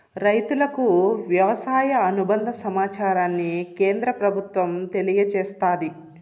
రైతులకు వ్యవసాయ అనుబంద సమాచారాన్ని కేంద్ర ప్రభుత్వం తెలియచేస్తాది